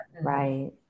Right